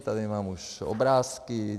Tady mám už obrázky.